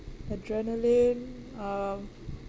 adrenaline um